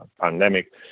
pandemic